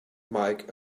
mike